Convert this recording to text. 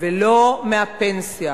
ולא מהפנסיה.